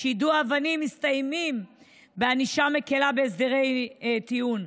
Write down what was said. שיידו אבנים מסתיימים בענישה מקילה בהסדרי טיעון.